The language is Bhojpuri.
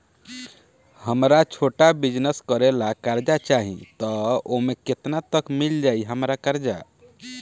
हमरा छोटा बिजनेस करे ला कर्जा चाहि त ओमे केतना तक मिल जायी हमरा कर्जा?